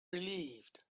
relieved